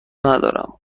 ندارم